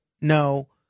no